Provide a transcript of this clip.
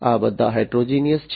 આ બધા હેટેરોજેનીઓસ છે